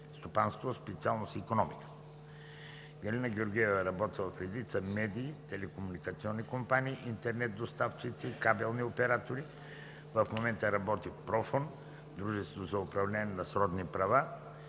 стопанство – специалност „икономика“. Галина Георгиева е работила в редица медии, телекомуникационни компании, интернет доставчици, кабелни оператори. В момента работи в ПРОФОН – дружество за управление на сродни права.